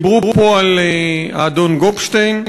דיברו פה על האדון גופשטיין,